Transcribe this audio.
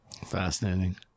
Fascinating